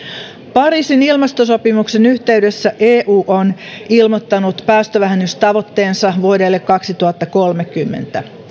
pariisin ilmastosopimuksen yhteydessä eu on ilmoittanut päästövähennystavoitteensa vuodelle kaksituhattakolmekymmentä